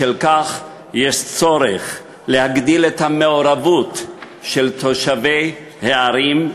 בשל כך יש צורך להגדיל את המעורבות של תושבי הערים,